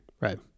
Right